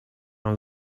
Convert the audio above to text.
mam